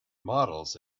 models